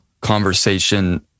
conversation